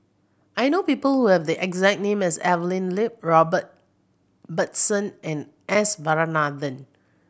I know people who have the exact name as Evelyn Lip Robert Ibbetson and S Varathan